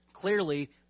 Clearly